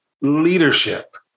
leadership